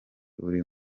uri